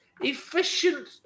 efficient